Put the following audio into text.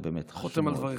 חותם על דבריך.